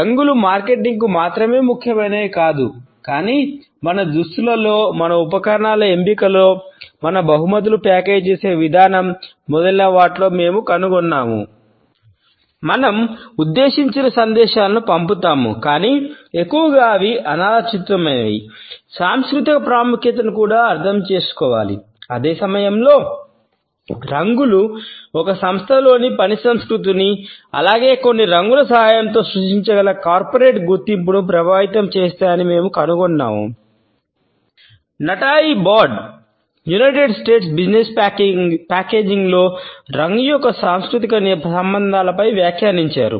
రంగులు మార్కెటింగ్కు రంగు యొక్క సాంస్కృతిక సంబంధాలపై వ్యాఖ్యానించారు